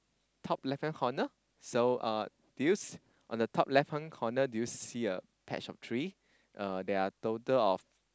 top left hand corner so uh do you on the top left hand corner do you see a patch of tree uh there are total of